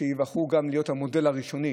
שייבחרו להיות המודל הראשוני